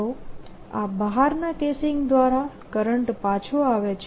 તો આ બહારના કેસીંગ દ્વારા કરંટ પાછો આવે છે